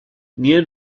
near